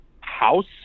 house